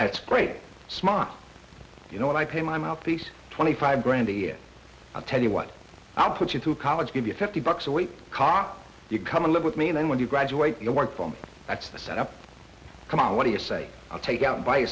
that's great smart you know what i pay my mouthpiece twenty five grand a year i'll tell you what i'll put you through college give you fifty bucks a week cock you come and live with me and then when you graduate you work for me that's the set up come on what do you say i'll take out and buy